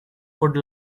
could